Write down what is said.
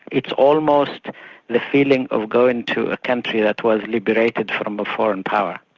it's almost the feeling of going to a country that was liberated from a foreign power,